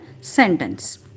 sentence